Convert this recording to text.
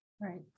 Right